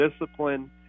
discipline